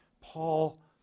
Paul